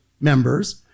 members